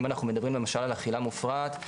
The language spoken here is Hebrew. אם אנחנו מדברים למשל על אכילה מופרעת,